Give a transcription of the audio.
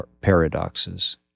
paradoxes